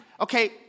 Okay